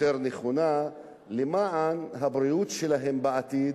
יותר נכונה למען הבריאות שלהם בעתיד.